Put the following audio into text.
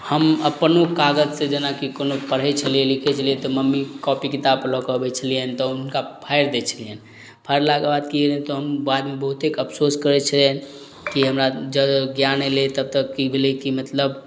हम अपनो कागज से जेनाकि कोनो पढ़य छलियै लिखय छलियै तऽ मम्मी कॉपी किताब लअ कऽ अबय छलियनि तऽ हुनका फाड़ि दै छलियनि फारलाके बाद की भेलय तऽ हम बादमे बहुतेक अफसोस करय छलियनि कि हमरा ज्ञान अयलइ तब तक की भेलय कि मतलब